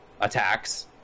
attacks